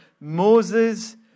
Moses